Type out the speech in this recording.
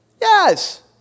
Yes